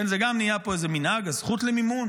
כן, זה גם נהיה פה איזה מנהג, הזכות למימון.